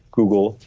google,